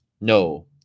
No